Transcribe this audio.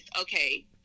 okay